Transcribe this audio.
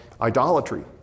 idolatry